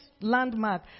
landmark